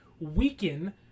weaken